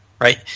right